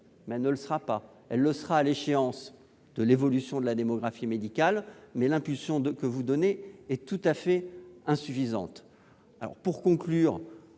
Mais il ne le sera pas ! Il le sera à l'échéance de l'évolution de la démographie médicale ; mais l'impulsion que vous donnez est tout à fait insuffisante.